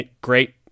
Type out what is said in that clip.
Great